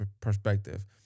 perspective